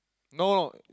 no